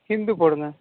ஹிந்து போடுங்க